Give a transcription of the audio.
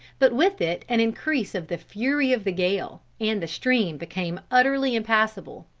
but with it an increase of the fury of the gale, and the stream became utterly impassable.